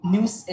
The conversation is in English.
News